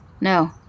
No